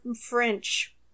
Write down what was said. French